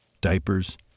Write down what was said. diapers